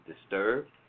disturbed